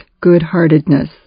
good-heartedness